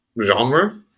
genre